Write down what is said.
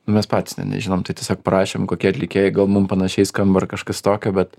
mes patys nė nežinom tai tiesiog prašėm kokie atlikėjai gal mum panašiai skamba ar kažkas tokio bet